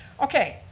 okay.